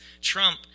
Trump